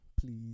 Please